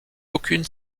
aucune